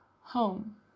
home